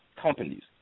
companies